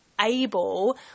able